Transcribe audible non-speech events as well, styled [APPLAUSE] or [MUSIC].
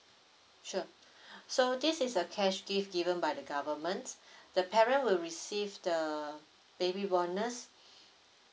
sure so this is a cash gift given by the government the parent will receive the baby bonus [BREATH]